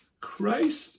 Christ